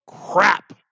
Crap